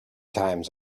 times